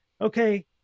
okay